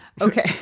Okay